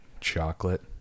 chocolate